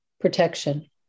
Protection